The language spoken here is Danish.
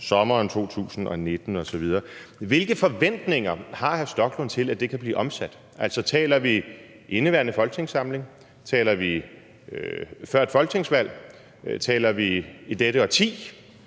sommeren 2019 osv., hvilke forventninger hr. Rasmus Stoklund har til, at det kan blive omsat. Altså, taler vi om den indeværende folketingssamling? Taler vi før et folketingsvalg? Taler vi i dette årti?